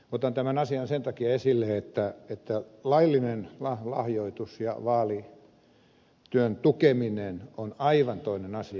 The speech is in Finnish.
otan tämän asian sen takia esille että laillinen lahjoitus ja vaalityön tukeminen on aivan toinen asia